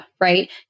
right